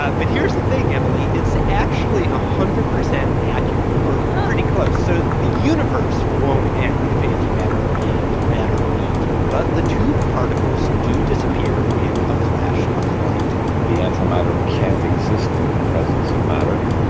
ah but here's the thing, emily. it's actually a hundred percent accurate, or pretty close. so the universe won't end if antimatter and matter meet, but the two particles do disappear in a flash of light the antimatter can't exist in the presence of matter.